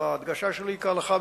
וההדגשה שלי: כהלכה,